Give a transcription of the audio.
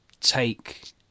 take